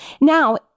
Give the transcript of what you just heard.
Now